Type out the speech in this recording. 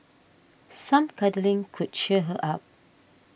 some cuddling could cheer her up